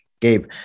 Gabe